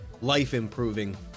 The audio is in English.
life-improving